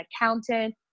accountant